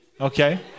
Okay